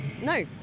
no